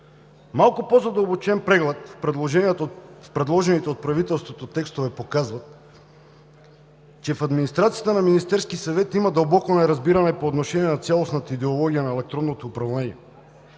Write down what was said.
Малко по-задълбочен преглед на предложените от правителството текстове показват, че в администрацията на Министерския съвет има дълбоко неразбиране по отношение на цялостната идеология на електронното управление.